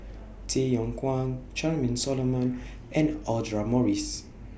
Tay Yong Kwang Charmaine Solomon and Audra Morrice